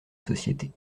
société